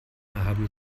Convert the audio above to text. haben